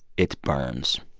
it burns.